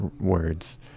words